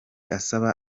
asaba